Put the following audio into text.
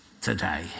today